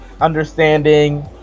understanding